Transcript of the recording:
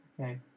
Okay